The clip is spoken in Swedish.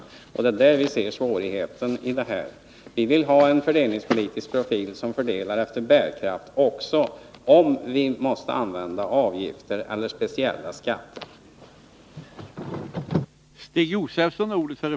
Det är där vi ser svårigheterna. Vi vill ha en fördelningspolitisk profil, som fördelar bördorna efter bärkraft också om vi måste använda avgifter eller speciella skatter.